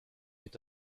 est